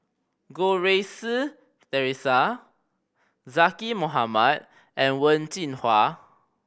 Goh Rui Si Theresa Zaqy Mohamad and Wen Jinhua